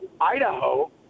Idaho